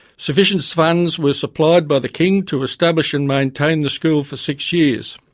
sufficient funds were supplied by the king to establish and maintain the school for six years.